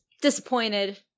disappointed